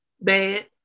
bad